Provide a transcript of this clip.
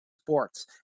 Sports